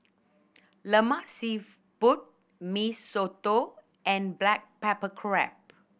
Lemak Siput Mee Soto and black pepper crab